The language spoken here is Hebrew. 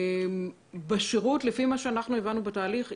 שלפי מה שהבנו בתהליך,